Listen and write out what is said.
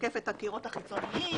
משקף את הקירות החיצוניים,